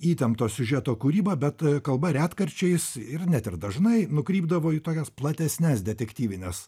įtempto siužeto kūryba bet kalba retkarčiais ir net ir dažnai nukrypdavo į tokias platesnes detektyvines